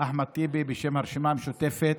אחמד טיבי, בשם הרשימה המשותפת,